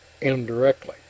indirectly